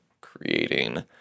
creating